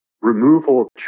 removal